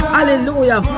Hallelujah